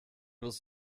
was